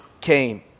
came